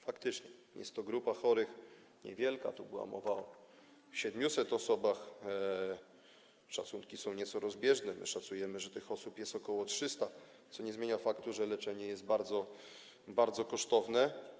Faktycznie jest to grupa chorych niewielka, tu była mowa o 700 osobach, szacunki są nieco rozbieżne, my szacujemy, że tych osób jest ok. 300, co nie zmienia faktu, że leczenie jest bardzo, bardzo kosztowne.